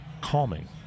calming